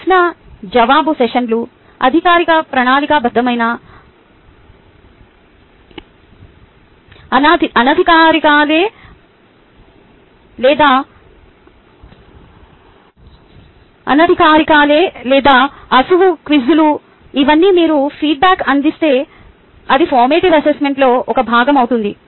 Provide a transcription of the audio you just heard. ప్రశ్న జవాబు సెషన్లు అధికారిక ప్రణాళికాబద్ధమైన అనధికారిక లేదా ఆశువుగా క్విజ్లు ఇవన్నీ మీరు ఫీడ్బ్యాక్ అందిస్తే అది ఫార్మేటివ్ అసెస్మెంట్ లో ఒక భాగం అవుతుంది